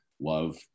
love